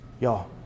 Y'all